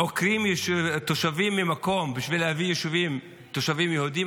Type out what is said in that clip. עוקרים תושבים ממקום בשביל להביא תושבים יהודים.